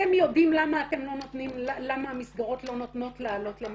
אתם יודעים למה המסגרות לא נותנות לעלות למעלה?